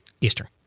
Eastern